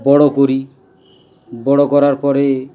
বড়ো করি বড় করার পরে